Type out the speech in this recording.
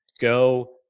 Go